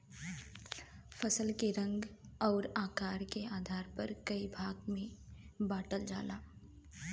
फसल के रंग अउर आकार के आधार पर कई भाग में बांटल जाला